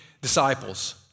disciples